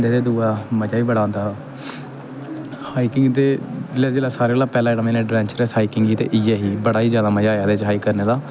hiking ते जिसलै सारे कोला पैह्लां जेह्ड़ा एडवैंचर्स हाइकिंग ही इ'यै ही इ'दे दे च बड़ा ही जैदा मजा आया हाइक करने दा